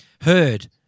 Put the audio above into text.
heard